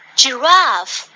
giraffe